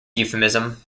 euphemism